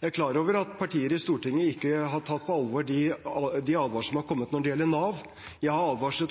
Jeg er klar over at partier i Stortinget ikke har tatt på alvor de advarslene som har kommet når det gjelder Nav. Jeg har